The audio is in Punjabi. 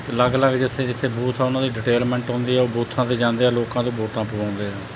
ਅਤੇ ਅਲੱਗ ਅਲੱਗ ਜਿੱਥੇ ਜਿੱਥੇ ਬੂਥ ਆ ਉਹਨਾਂ ਦੀ ਡਿਟੇਲਮੈਂਟ ਹੁੰਦੀ ਆ ਉਹ ਬੂਥਾਂ 'ਤੇ ਜਾਂਦੇ ਆ ਲੋਕਾਂ ਤੋਂ ਵੋਟਾਂ ਪਵਾਉਂਦੇ ਆ